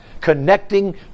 Connecting